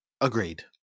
Agreed